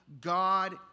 God